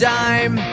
time